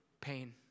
pain